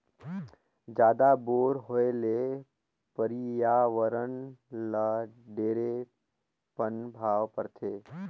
जादा बोर होए ले परियावरण ल ढेरे पनभाव परथे